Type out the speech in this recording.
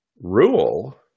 rule